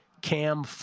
Cam